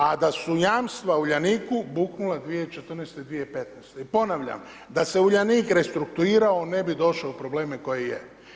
A da su jamstva Uljaniku buknula 2014., 2015. i ponavljam da se Uljanik restrukturirao ne bi došao u probleme koje je.